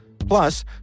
Plus